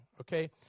Okay